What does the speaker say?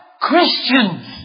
Christians